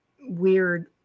weird